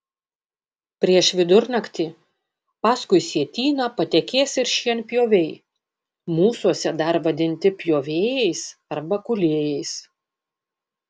prieš vidurnaktį paskui sietyną patekės ir šienpjoviai mūsuose dar vadinti pjovėjais arba kūlėjais